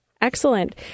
Excellent